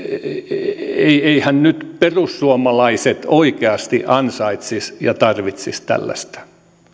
eiväthän nyt perussuomalaiset oikeasti ansaitsisi ja tarvitsisi tällaista